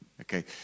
Okay